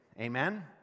Amen